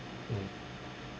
mm